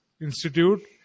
Institute